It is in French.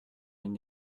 une